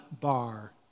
bar